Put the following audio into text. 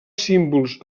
símbols